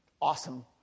awesome